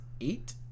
eight